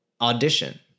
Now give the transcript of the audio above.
audition